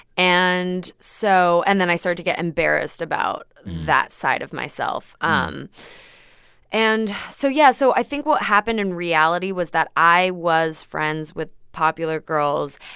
and so and then i started to get embarrassed about that side of myself. um and so yeah. so i think what happened in reality was that i was friends with popular girls,